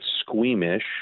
squeamish